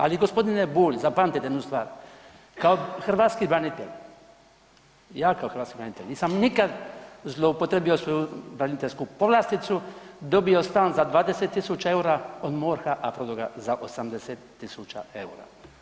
Ali gospodine Bulj zapamtite jednu stvar, kao hrvatski branitelj, ja kao hrvatski branitelj nisam nikad zloupotrebio svoju braniteljsku povlasticu, dobio stan za 20.000 eura od MORH-a, a prodo ga za 80.000 eura.